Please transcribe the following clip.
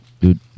Dude